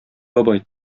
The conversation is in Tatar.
бабай